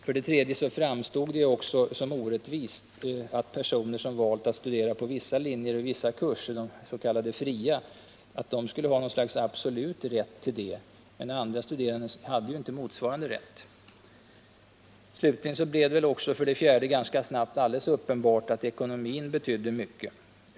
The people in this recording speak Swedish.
För det tredje framstod det också som orättvist att personer som valt att studera på vissa linjer och i vissa kurser, de s.k. fria, skulle ha en absolut rätt härtill, medan andra studerande inte hade motsvarande rätt. Slutligen blev det också för det fjärde ganska snabbt alldeles uppenbart att ekonomin betydde mycket.